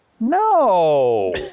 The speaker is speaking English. No